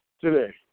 today